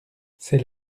c’est